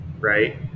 right